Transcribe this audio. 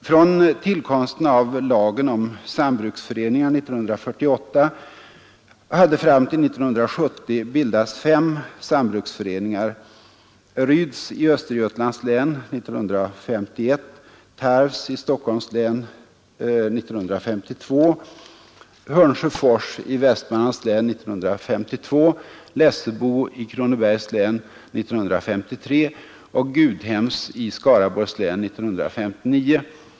Från tillkomsten av lagen om sambruksföreningar 1948 hade fram till 1970 bildats fem sambruksföreningar: Ryds i Östergötlands län 1951, Tarvs i Stockholms län 1952, Hörnsjöfors i Västmanlands län 1952, Lessebo i Kronobergs län 1953 och Gudhems i Skaraborgs län 1959.